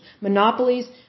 monopolies